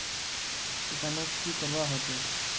किसानोक की करवा होचे?